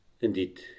indeed